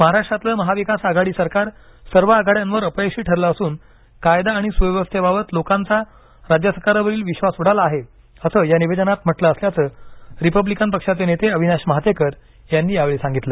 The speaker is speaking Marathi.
महाराष्ट्रातलं महाविकास आघाडी सरकार सर्व आघाड्यांवर अपयशी ठरलं असून कायदा आणि सुव्यवस्थेबाबत लोकांचा राज्यसरकारवरील विश्वास उडाला आहे असं या निवेदनात म्हटलं असल्याचं रिपब्लिकन पक्षाचे नेते अविनाश महातेकर यांनी यावेळी सांगितलं